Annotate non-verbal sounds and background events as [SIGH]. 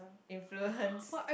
influence [LAUGHS]